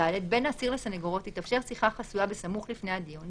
(ד)בין האסיר לסניגורו תתאפשר שיחה חסויה בסמוך לפני הדיון,